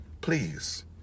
please